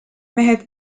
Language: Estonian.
mehed